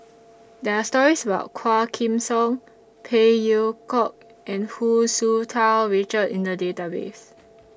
There Are stories about Quah Kim Song Phey Yew Kok and Hu Tsu Tau Richard in The Database